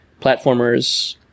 platformers